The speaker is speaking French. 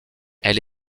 elle